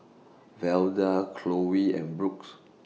Velda Chloie and Brookes